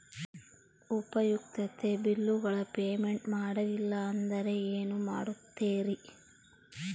ಉಪಯುಕ್ತತೆ ಬಿಲ್ಲುಗಳ ಪೇಮೆಂಟ್ ಮಾಡಲಿಲ್ಲ ಅಂದರೆ ಏನು ಮಾಡುತ್ತೇರಿ?